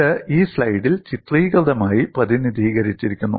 ഇത് ഈ സ്ലൈഡിൽ ചിത്രീകൃതമായി പ്രതിനിധീകരിക്കുന്നു